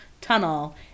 tunnel